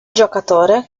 giocatore